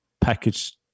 package